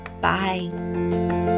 bye